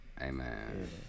Amen